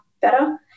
better